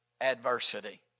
adversity